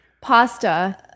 Pasta